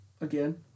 again